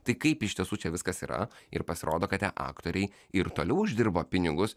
tai kaip iš tiesų čia viskas yra ir pasirodo kad tie aktoriai ir toliau uždirba pinigus